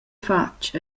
fatg